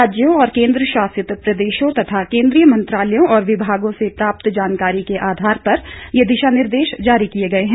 राज्यों और केन्द्रशासित प्रदेशों तथा केन्द्रीय मंत्रालयों और विभागों से प्राप्त जानकारी के आधार पर ये दिशा निर्देश जारी किए गए हैं